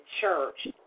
church